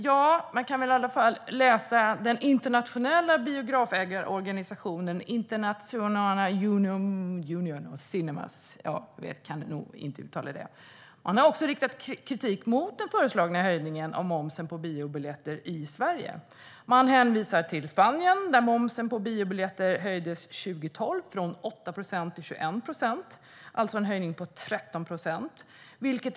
Ja, man kan väl i alla fall läsa vad den internationella biografägarorganisationen International Union of Cinemas har skrivit. Man har riktat kritik mot den föreslagna höjningen av momsen på biobiljetter i Sverige. Man hänvisar till Spanien, där momsen på biobiljetter år 2012 höjdes från 8 procent till 21 procent - alltså en höjning med 13 procentenheter.